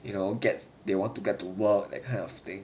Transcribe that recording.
you know gets they want to get to world that kind of thing